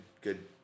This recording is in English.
good